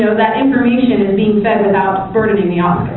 so that information is being fed without burdening the um